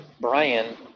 Brian